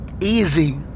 easy